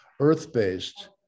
earth-based